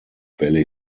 valley